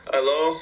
Hello